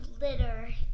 litter